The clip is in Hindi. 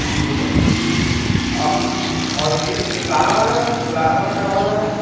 जी सर और ये ये लाल वाला सर ये लाल वाला क्या भाव लगाए